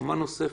קומה נוספת.